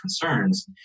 concerns